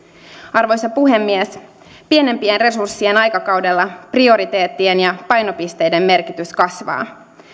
arvoisa puhemies pienempien resurssien aikakaudella prioriteettien ja painopisteiden merkitys kasvaa